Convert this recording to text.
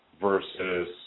versus